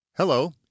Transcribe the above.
Hello